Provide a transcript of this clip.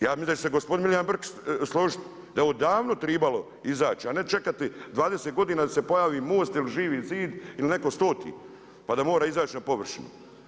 Ja mislim da će se gospodin Milijan Brkić složiti da je ovo davno tribalo izaći, a ne čekati 20 godina da se pojavi MOST ili Živi zid ili netko stoti pa da mora izaći na površinu.